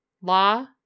law